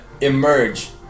Emerge